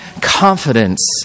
confidence